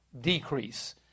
decrease